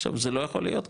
עכשיו זה לא יכול להיות ככה,